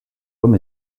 homme